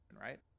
right